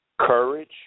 Courage